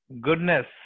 goodness